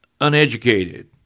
uneducated